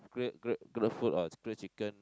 grilled grilled grilled food or grilled chicken